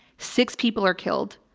six people are killed.